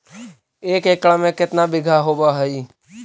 एक एकड़ में केतना बिघा होब हइ?